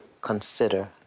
consider